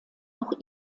auch